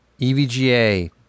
evga